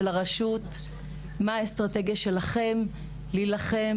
של הרשות, מה האסטרטגיה שלכם להילחם